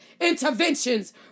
interventions